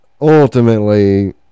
ultimately